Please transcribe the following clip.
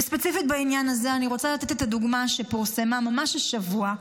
וספציפית בעניין הזה אני רוצה לתת דוגמה שפורסמה ממש השבוע,